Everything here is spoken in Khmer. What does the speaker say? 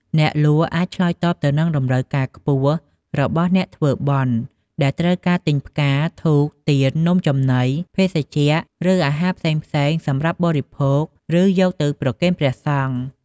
អ្នកលក់អាចឆ្លើយតបទៅនឹងតម្រូវការខ្ពស់របស់អ្នកធ្វើបុណ្យ ដែលត្រូវការទិញផ្កា ធូប ទៀន នំចំណី ភេសជ្ជៈ ឬអាហារផ្សេងៗសម្រាប់បរិភោគ ឬយកទៅប្រគេនព្រះសង្ឃ។